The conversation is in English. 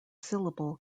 syllable